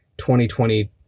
2020